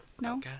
No